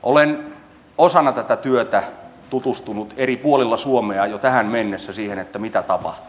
olen osana tätä työtä tutustunut eri puolilla suomea jo tähän mennessä siihen mitä tapahtuu